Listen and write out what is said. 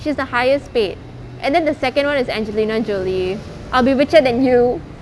she's the highest paid and then the second [one] is angelina jolie I'll be richer than you